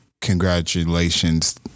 congratulations